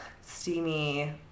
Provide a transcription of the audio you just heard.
steamy